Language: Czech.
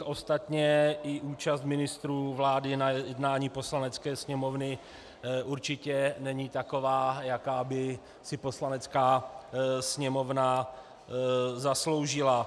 Ostatně i účast ministrů vlády na jednání Poslanecké sněmovny určitě není taková, jako by si Poslanecká sněmovna zasloužila.